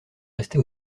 rester